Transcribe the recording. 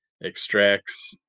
extracts